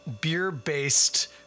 beer-based